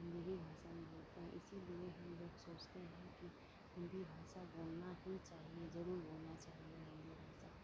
हिन्दी ही भाषा में बोलते हैं इसीलिए हम लोग सोचते हैं कि हिन्दी भाषा बोलना ही चाहिए जरूर बोलना चाहिए हिन्दी भाषा